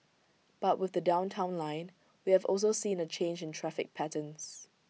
but with the downtown line we have also seen A change in traffic patterns